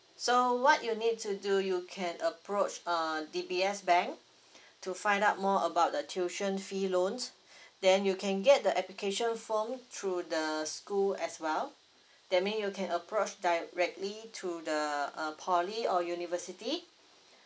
so what you need to do you can approach uh D_B_S bank to find out more about the tuition fee loans then you can get the application form through the school as well that mean you can approach directly to the uh poly or university